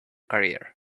career